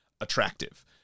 attractive